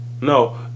no